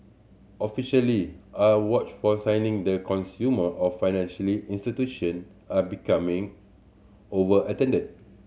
officially are watch for signing the consumer or financially institution are becoming overextended